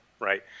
Right